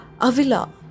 Avila